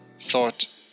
thought